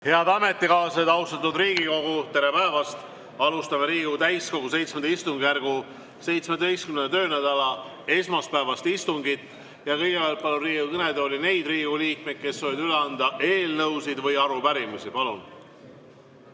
Head ametikaaslased, austatud Riigikogu, tere päevast! Alustame Riigikogu täiskogu VII istungjärgu 17. töönädala esmaspäevast istungit. Kõigepealt palun Riigikogu kõnetooli neid Riigikogu liikmeid, kes soovivad üle anda eelnõusid või arupärimisi. Palun